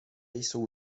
jsou